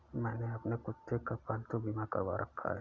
मैंने अपने कुत्ते का पालतू बीमा करवा रखा है